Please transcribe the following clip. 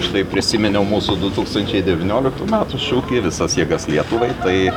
štai prisiminiau mūsų du tūkstančiai devynioliktų metų šūkį visas jėgas lietuvai tai